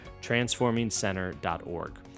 transformingcenter.org